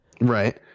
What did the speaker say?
Right